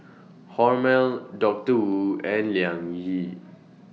Hormel Doctor Wu and Liang Yi